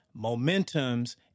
momentums